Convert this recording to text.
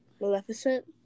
Maleficent